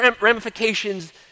Ramifications